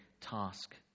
task